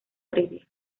previa